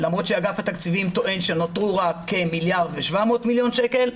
למרות שאגף התקציבים טוען שנותרו רק כמיליארד ושבע מאות מיליון שקלים.